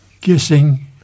Guessing